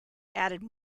added